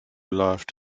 loft